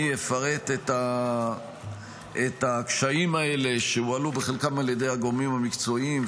אני אפרט את הקשיים האלה שהועלו בחלקם על ידי הגורמים המקצועיים,